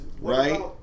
right